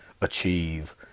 achieve